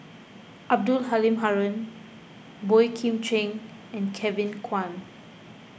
Abdul Halim Haron Boey Kim Cheng and Kevin Kwan